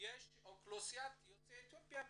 יש מעל 1,500 יוצאי אתיופיה.